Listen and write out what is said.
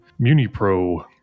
Munipro